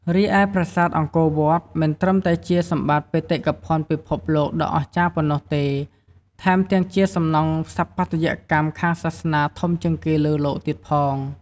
រីឯ ប្រាសាទអង្គរវត្ត មិនត្រឹមតែជាសម្បត្តិបេតិកភណ្ឌពិភពលោកដ៏អស្ចារ្យប៉ុណ្ណោះទេ ថែមទាំងជាសំណង់ស្ថាបត្យកម្មខាងសាសនាធំជាងគេលើលោកទៀតផង។